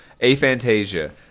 aphantasia